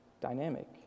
dynamic